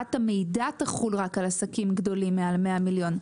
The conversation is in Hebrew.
שהעברת המידע תחול רק על עסקים גדולים מעל 100 מיליון,